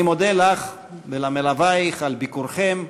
אני מודה לך ולמלווייך על ביקורכם,